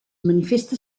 manifesta